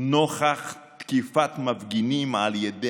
נוכח תקיפת מפגינים על ידי